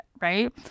right